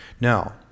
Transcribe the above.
now